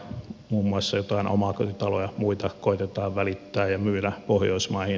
muun muassa joitain omakotitaloja ja muuta koetetaan välittää ja myydä pohjoismaihin